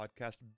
podcast